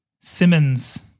Simmons